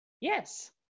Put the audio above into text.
Yes